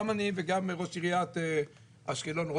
גם אני וגם ראש עיריית אשקלון בעת ההיא,